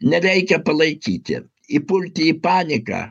nereikia palaikyti įpulti į paniką